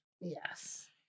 Yes